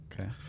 Okay